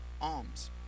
alms